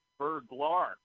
Berglar